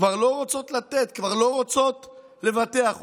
כבר לא רוצות לתת, כבר לא רוצות לבטח אותו,